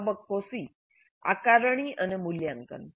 તબક્કો સી આકારણી અને મૂલ્યાંકન